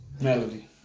Melody